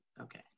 Okay